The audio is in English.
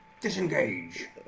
disengage